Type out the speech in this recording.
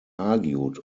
argued